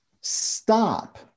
stop